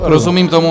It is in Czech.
Rozumím tomu.